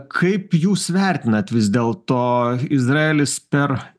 kaip jūs vertinat vis dėlto izraelis per